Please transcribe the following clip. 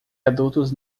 adultos